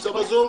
השגות.